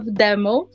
demo